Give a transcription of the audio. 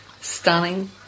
stunning